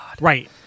Right